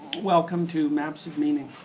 welcome to maps of meaning.